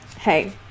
Hey